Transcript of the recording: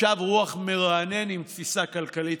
משב רוח מרענן, עם תפיסה כלכלית-חברתית.